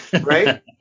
Right